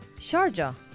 Sharjah